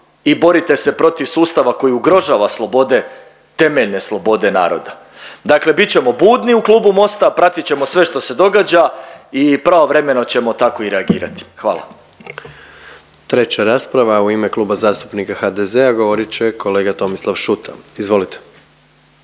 i borite se protiv sustava koji ugrožava slobode, temeljne slobode naroda. Dakle, bit ćemo budni u klubu Mosta, pratit ćemo sve što se događa i pravovremeno ćemo tako i reagirati. Hvala. **Jandroković, Gordan (HDZ)** Treća rasprava u ime Kluba zastupnika HDZ-a govorit će kolega Tomislav Šuta. Izvolite.